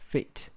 Fit